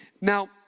Now